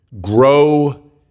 grow